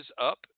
up